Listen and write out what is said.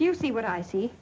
you see what i see